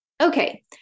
Okay